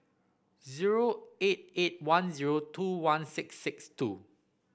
zero eight eight one zero two one six six two